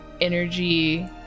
energy